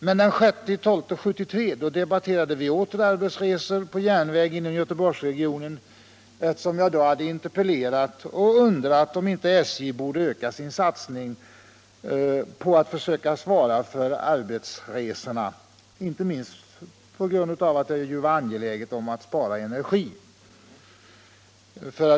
Den 6 december 1973 debatterade vi åter arbetsresor på järnväg inom Göteborgsregionen, eftersom jag då i en interpellation hade undrat om inte SJ borde öka sin satsning på arbetsresorna och försöka svara för dem, inte minst på grund av att det var angeläget att spara energi.